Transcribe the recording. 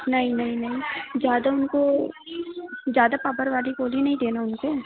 नहीं नहीं नहीं ज्यादा उनको ज्यादा पापड़ वाली कोठी नहीं देना उनको